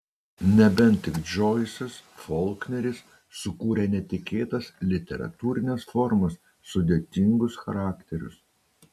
nebent tik džoisas folkneris sukūrę netikėtas literatūrines formas sudėtingus charakterius